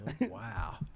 Wow